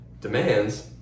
demands